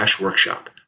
workshop